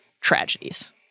tragedies